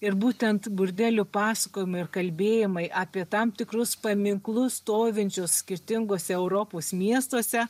ir būtent burdelio pasakojimai ir kalbėjimai apie tam tikrus paminklus stovinčius skirtinguose europos miestuose